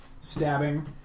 Stabbing